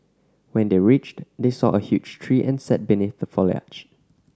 when they reached they saw a huge tree and sat beneath the foliage